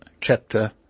chapter